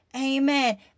amen